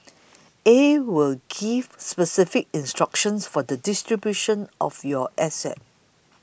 a will gives specific instructions for the distribution of your assets